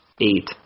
Eight